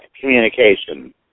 communication